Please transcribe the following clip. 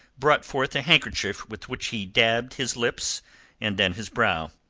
brought forth a handkerchief with which he dabbed his lips and then his brow.